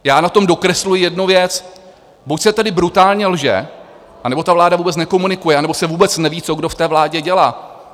Já na tom dokresluji jednu věc: buď se tedy brutálně lže, anebo ta vláda vůbec nekomunikuje, anebo se vůbec neví, co kdo v té vládě dělá.